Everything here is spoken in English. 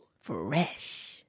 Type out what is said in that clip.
Fresh